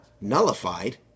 nullified